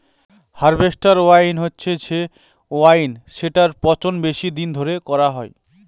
harvest wine হচ্ছে সে wine যেটার পচন বেশি দিন ধরে করা হয়